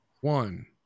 One